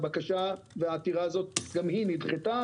הבקשה והעתירה הזאת גם היא נדחתה,